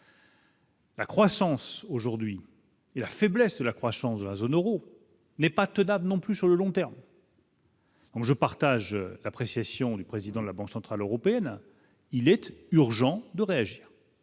La croissance aujourd'hui et la faiblesse de la croissance de la zone Euro n'est pas tenable non plus sur le long terme. Donc, je partage l'appréciation du président de la Banque centrale européenne, il est urgent de réagir,